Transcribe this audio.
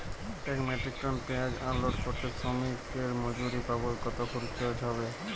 এক metric ton পেঁয়াজ unload করতে শ্রমিকের মজুরি বাবদ কত খরচ হয়?